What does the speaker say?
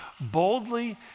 boldly